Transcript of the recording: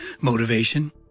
motivation